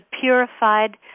purified